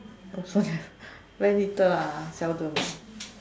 also cannot very little ah seldom